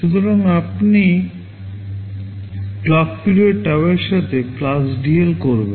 সুতরাং আপনি clock period tau এর সাথে dL করবেন